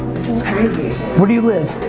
this is crazy. where do you live?